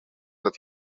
that